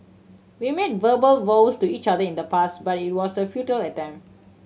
we made verbal vows to each other in the past but it was a futile attempt